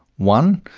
one,